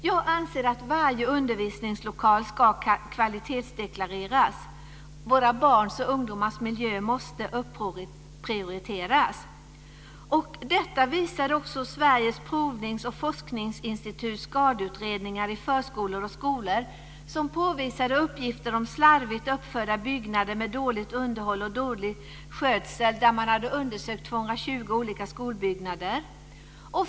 Jag anser att varje undervisningslokal ska kvalitetsdeklareras. Våra barns och ungdomars miljö måste upprioriteras. Detta visar också Sveriges Provnings och Forskningsinstituts skadeutredningar i förskolor och skolor. Här finns uppgifter om slarvigt uppförda byggnader med dåligt underhåll och dålig skötsel. Man har undersökt 220 olika skolbyggnader.